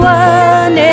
one